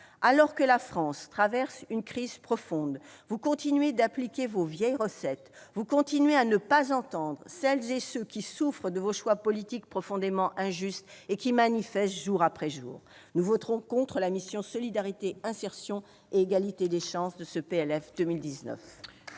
Alors que la France traverse une crise profonde, vous continuez d'appliquer vos vieilles recettes. Vous continuez à ne pas entendre celles et ceux qui souffrent de vos choix politiques profondément injustes et qui manifestent jour après jour. Nous voterons contre la mission « Solidarité, insertion et égalité des chances » du projet